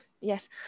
Yes